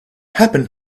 happen